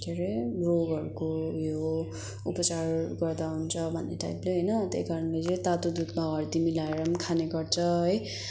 के अरे रोगहरूको उयो हो उपचार गर्दा हुन्छ भन्ने टाइपले होइन त्यही कारणले चाहिँ तातो दुधमा हर्दी मिलाएर पनि खाने गर्छ है